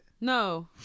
No